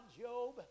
job